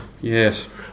yes